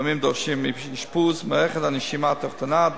שלפעמים דורשים אשפוז במערכת הנשימה התחתונה,